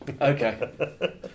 Okay